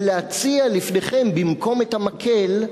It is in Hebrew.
ולהציע לפניכם במקום את המקל,